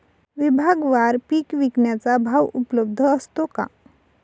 विभागवार पीक विकण्याचा भाव उपलब्ध असतो का?